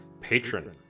patron